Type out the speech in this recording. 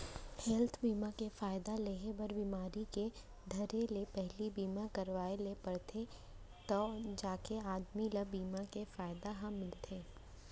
health बीमा के फायदा लेहे बर बिमारी के धरे ले पहिली बीमा करवाय ल परथे तव जाके आदमी ल बीमा के फायदा ह मिलथे